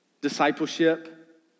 Discipleship